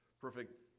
perfect